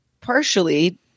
partially